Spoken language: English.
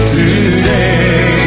today